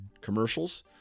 commercials